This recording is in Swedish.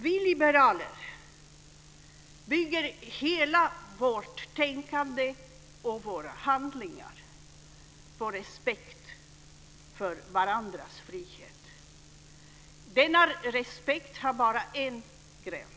Vi liberaler bygger hela vårt tänkande och våra handlingar på respekt för varandras frihet. Denna respekt har bara en gräns.